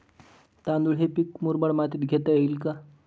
तांदूळ हे पीक मुरमाड मातीत घेता येईल का?